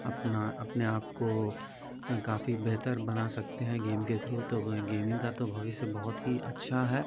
अपना अपने आप को काफ़ी बेहतर बना सकते हैं गेम के थ्रू तो वह गेमिंग का तो भविष्य बहुत ही अच्छा है